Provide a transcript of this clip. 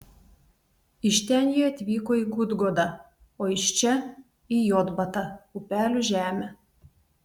iš ten jie atvyko į gudgodą o iš čia į jotbatą upelių žemę